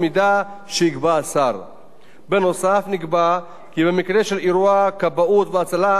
נקבע כי במקרה של אירוע כבאות והצלה שמקורו בהתקפה או באירוע טרור,